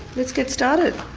let's get started.